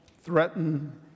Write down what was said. threaten